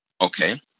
Okay